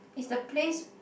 is the place